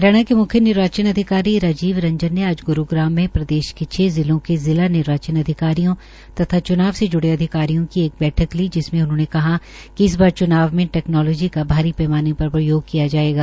हरियाणा के म्ख्य निर्वाचन अधिकारी राजीव रंजन ने आज गुरूग्राम में प्रदेश के छ जिलों के जिला निर्वाचन अधिकारियां तथा चुनाव से जुड़े अधिकारों की एक बैठक ली जिसमें उन्होंने कहा कि इस बार च्नाव मे टेक्नोजली की भारी पैमाने पर प्रयोग किया जायेगा